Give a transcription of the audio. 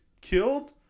killed